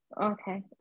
Okay